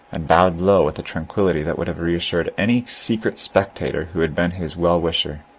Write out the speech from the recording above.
and bowed low with a tranquillity that would have reassured any secret spectator who had been his well-wisher.